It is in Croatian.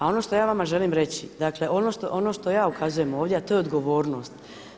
A ono što ja vama želim reći, dakle ono što ja ukazujem ovdje a to je odgovornost.